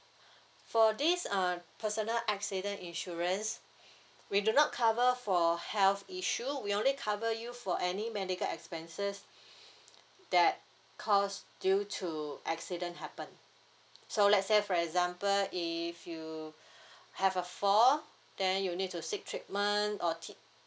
for this uh personal accident insurance we do not cover for health issue we only cover you for any medical expenses that cause due to accident happen so let's say for example if you have a fall then you need to seek treatment or